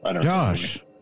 Josh